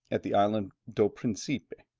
at the island do principe.